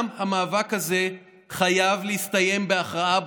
גם המאבק הזה חייב להסתיים בהכרעה ברורה.